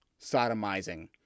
Sodomizing